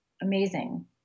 amazing